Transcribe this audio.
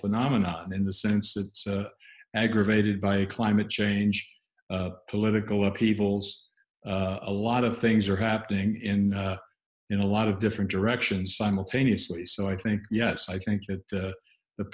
phenomenon in the sense that it's aggravated by climate change political upheavals a lot of things are happening in in a lot of different directions simultaneously so i think yes i think that